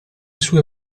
sue